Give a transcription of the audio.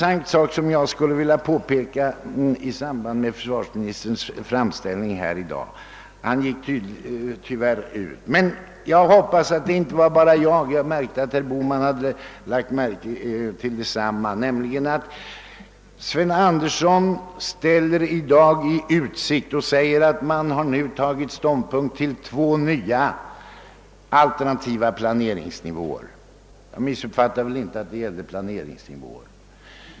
Jag vill ta upp också en annan intressant detalj i försvarsministerns tidigare framställning, trots att försvarsministern tyvärr avlägsnat sig från kammaren. Det var nog inte bara jag som lade märke till — jag såg att även herr Bohman gjorde det — att Sven Andersson i dag sade att man nu hade tagit ställning till två nya alternativa planeringsnivåer. Jag hoppas att mitt intryck att det gällde planeringsnivåer inte var felaktigt.